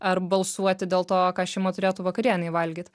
ar balsuoti dėl to ką šeima turėtų vakarienei valgyt